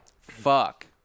Fuck